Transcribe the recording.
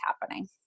happening